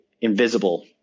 invisible